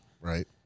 Right